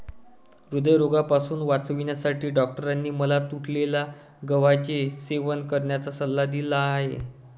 हृदयरोगापासून वाचण्यासाठी डॉक्टरांनी मला तुटलेल्या गव्हाचे सेवन करण्याचा सल्ला दिला आहे